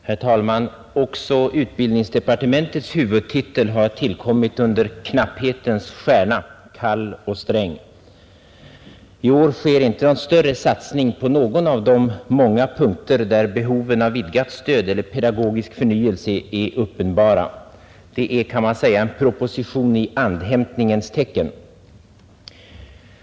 Herr talman! Också utbildningsdepartementets huvudtitel har tillkommit under knapphetens stjärna — kall och Sträng. I år sker ingen påtaglig satsning på någon av de många punkter där behoven av vidgat stöd eller pedagogisk förnyelse är uppenbara. Det är, kan man säga, en proposition i andhämtningens tecken.